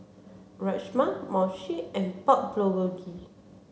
Rajma Mochi and Pork Bulgogi